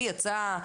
מי יצא,